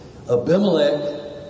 Abimelech